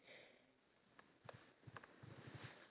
I will be paying for the cats